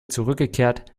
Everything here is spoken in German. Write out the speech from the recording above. zurückgekehrt